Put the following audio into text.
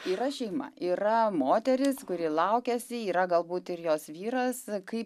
yra šeima yra moteris kuri laukiasi yra galbūt ir jos vyras kai